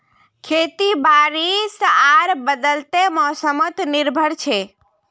खेती बारिश आर बदलते मोसमोत निर्भर छे